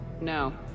No